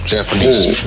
Japanese